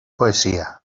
poesía